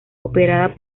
operada